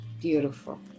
Beautiful